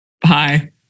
Bye